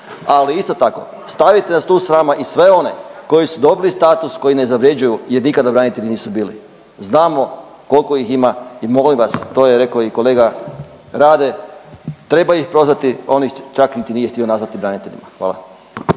Ali isto tako stavite na stup srama i sve one koji su dobili status koji ne zavrjeđuju jer nikada branitelji nisu bili. Znamo koliko ih ima i molim vas to je rekao i kolega Rade treba ih prozvati. On ih čak niti nije htio nazvati braniteljima. Hvala.